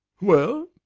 well,